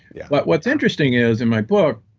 yeah but what's interesting is in my book,